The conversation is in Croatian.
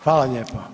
Hvala lijepo.